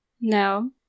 No